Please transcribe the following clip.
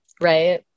right